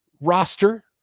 roster